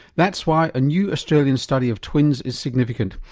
that's why a new australia study of twins is significant.